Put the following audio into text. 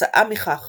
וכתוצאה מכך